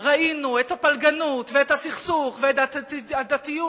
ראינו את הפלגנות ואת הסכסוך ואת הדתיות